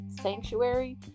sanctuary